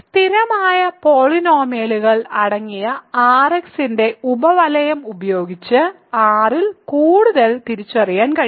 സ്ഥിരമായ പോളിനോമിയലുകൾ അടങ്ങിയ Rx ന്റെ ഉപ വലയം ഉപയോഗിച്ച് R ൽ കൂടുതൽ തിരിച്ചറിയാൻ കഴിയും